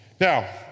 Now